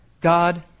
God